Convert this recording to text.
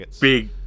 big